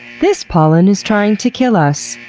this pollen is trying to kill us.